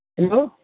hello